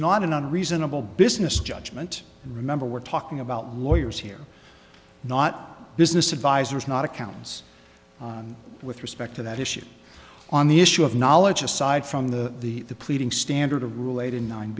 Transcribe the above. not in a reasonable business judgment remember we're talking about lawyers here not business advisors not accountants with respect to that issue on the issue of knowledge aside from the the the pleading standard